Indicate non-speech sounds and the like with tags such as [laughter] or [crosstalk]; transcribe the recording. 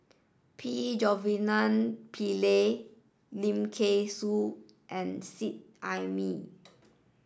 P [unintelligible] Pillai Lim Kay Siu and Seet Ai Mee